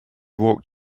walked